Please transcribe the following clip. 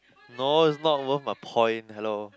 no is not worth my point hello